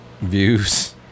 views